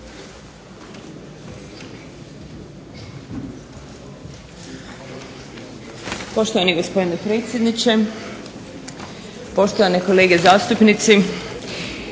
Poštovani gospodine predsjedniče, poštovane kolege zastupnici.